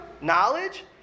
knowledge